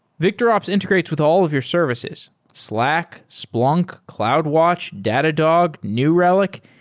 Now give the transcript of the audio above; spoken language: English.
victorops integrates with all of your services slack, splunk, cloudwatch, datadog, new relic,